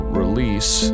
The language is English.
release